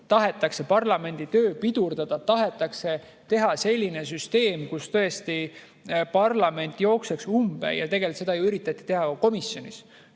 tahetakse parlamendi tööd pidurdada, tahetakse teha selline süsteem, kus tõesti parlament jookseb umbe. Ja tegelikult seda ju üritati teha ka komisjonis.